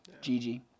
Gigi